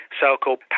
so-called